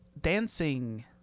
dancing